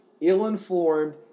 ill-informed